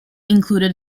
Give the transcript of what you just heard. included